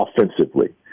offensively